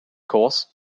course